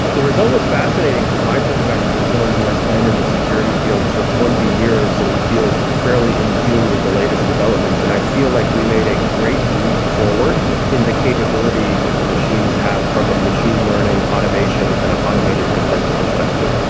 the result was fascinating from my perspective as someone who has been in the security field for twenty years and feels fairly in tune with the latest developments, and i feel like we made a great leap forward in the capability that the machines have from a machine learning, automation, kind of automated defence perspective.